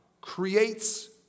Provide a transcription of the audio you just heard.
creates